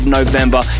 November